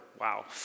wow